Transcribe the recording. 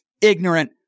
ignorant